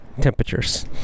temperatures